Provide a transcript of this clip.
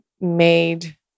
made